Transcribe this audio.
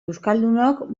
euskaldunok